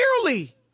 Clearly